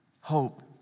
Hope